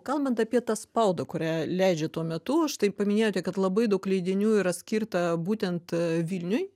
kalbant apie tą spaudą kurią leidžia tuo metu aš tai paminėjote kad labai daug leidinių yra skirta būtent vilniui